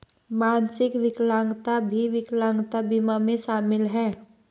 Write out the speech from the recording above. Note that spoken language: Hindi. मानसिक विकलांगता भी विकलांगता बीमा में शामिल हैं